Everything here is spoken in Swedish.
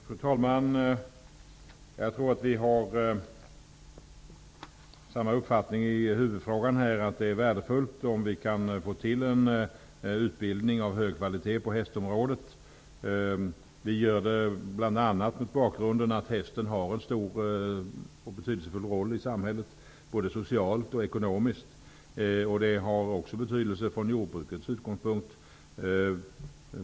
Fru talman! Jag tror att vi har samma uppfattning i huvudfrågan, att det är värdefullt om vi kan få till stånd en utbildning av hög kvalitet på hästområdet. Vi gör den bedömningen bl.a. mot bakgrund av att hästen har en stor och betydelsefull roll i samhället, både socialt och ekonomiskt. Den har också betydelse från jordbrukets utgångspunkt.